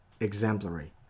exemplary